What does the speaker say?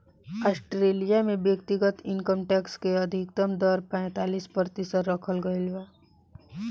Australia में व्यक्तिगत income tax के अधिकतम दर पैतालीस प्रतिशत रखल गईल बा